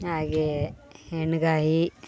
ಹಾಗೇ ಎಣ್ಗಾಯಿ